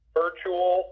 virtual